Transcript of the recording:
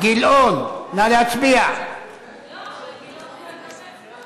לדיון מוקדם בוועדה שתקבע ועדת הכנסת נתקבלה.